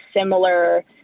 similar